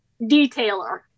detailer